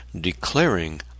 declaring